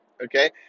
Okay